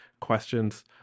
questions